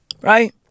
Right